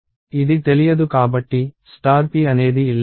ఇది తెలియదు కాబట్టి p అనేది ఇల్లీగల్